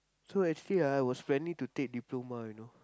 so actually ah I was planning to take diploma you know